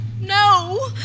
No